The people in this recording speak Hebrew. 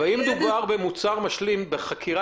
אבל אם מדובר במוצר משלים חקירה